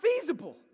feasible